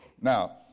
Now